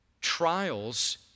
Trials